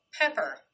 Pepper